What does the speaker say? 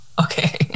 okay